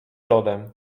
lodem